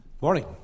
Morning